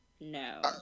No